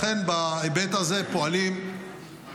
לכן, בהיבט הזה, פועלים פחות.